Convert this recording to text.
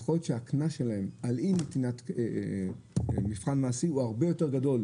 יכול להיות שהקנס שלהם על אי נתינת מבחן מעשי הוא הרבה יותר גדול,